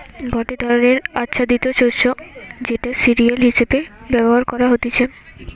গটে ধরণের আচ্ছাদিত শস্য যেটা সিরিয়াল হিসেবে ব্যবহার করা হতিছে